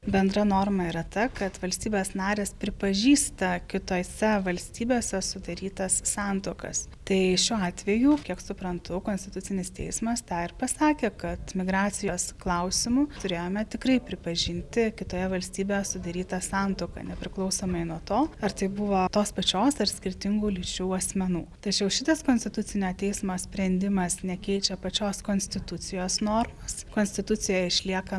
bendra norma yra ta kad valstybės narės pripažįsta kitose valstybėse sudarytas santuokas tai šiuo atveju kiek suprantu konstitucinis teismas tą ir pasakė kad migracijos klausimu turėjome tikrai pripažinti kitoje valstybėje sudarytą santuoką nepriklausomai nuo to ar tai buvo tos pačios ar skirtingų lyčių asmenų tačiau šitas konstitucinio teismo sprendimas nekeičia pačios konstitucijos normos konstitucijoje išlieka